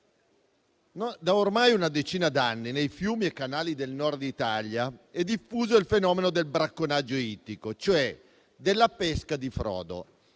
da ormai una decina d'anni, nei fiumi e canali del Nord Italia è diffuso il fenomeno del bracconaggio ittico, cioè della pesca di frodo.